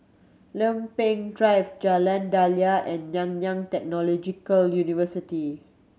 Lempeng Drive Jalan Daliah and Nanyang Technological University